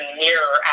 mirror